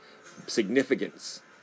significance